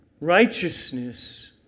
righteousness